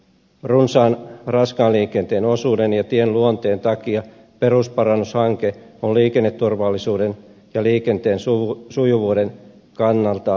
runsaan raskaan liikenteen osuuden ja tien luonteen takia perusparannushanke on liikenneturvallisuuden ja liikenteen sujuvuuden kannalta tärkeä